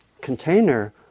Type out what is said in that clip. container